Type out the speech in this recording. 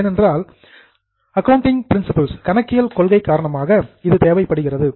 ஏனென்றால் accounting principle கணக்கியல் கொள்கை காரணமாக இது தேவைப்படுகிறது